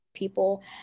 people